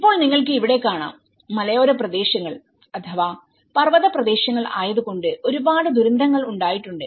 ഇപ്പോൾ നിങ്ങൾക്ക് ഇവിടെ കാണാം മലയോര പ്രദേശങ്ങൾ അഥവാ പർവതപ്രദേശങ്ങൾ ആയത് കൊണ്ട് ഒരുപാട് ദുരന്തങ്ങൾ ഉണ്ടായിട്ടുണ്ട്